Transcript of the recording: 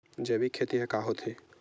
जैविक खेती ह का होथे?